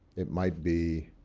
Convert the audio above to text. it might be